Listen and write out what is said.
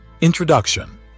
Introduction